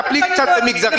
טפלי קצת במגזרים אחרים.